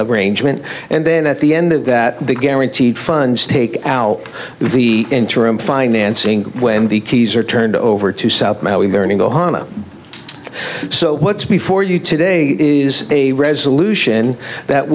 arrangements and then at the end of that the guaranteed funds take out the interim financing and the keys are turned over to south now we learning ohana so what's before you today is a resolution that